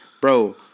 Bro